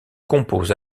compose